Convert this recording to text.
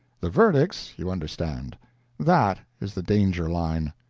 the verdicts, you understand that is the danger-line.